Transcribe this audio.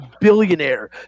billionaire